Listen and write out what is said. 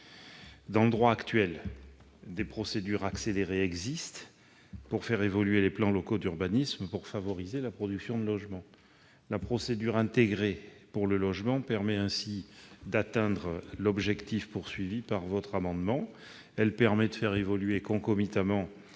vigueur prévoit déjà des procédures accélérées pour faire évoluer les plans locaux d'urbanisme afin de favoriser la production de logements. La procédure intégrée pour le logement permet ainsi d'atteindre l'objectif qui est le vôtre. Elle permet de faire évoluer concomitamment